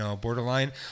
borderline